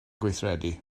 gweithredu